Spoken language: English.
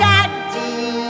Daddy